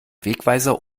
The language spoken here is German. wegweiser